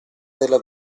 della